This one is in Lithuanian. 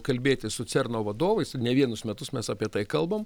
kalbėtis su cerno vadovais ir ne vienus metus mes apie tai kalbam